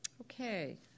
Okay